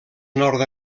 nord